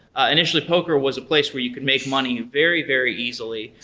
initially, poker was a place where you can make money very, very easily.